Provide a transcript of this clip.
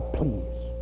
please